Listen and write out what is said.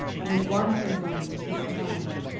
and with one full line to keep alive.